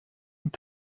und